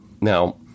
Now